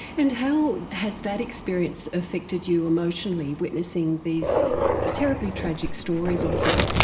and how has that experience affected you emotionally, witnessing these terribly tragic stories often,